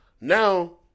Now